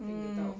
mm